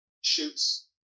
shoots